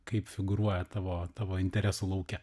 kaip figūruoja tavo tavo interesų lauke